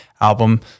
album